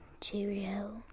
cheerio